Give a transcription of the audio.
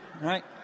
right